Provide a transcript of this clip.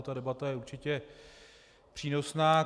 Ta debata je určitě přínosná.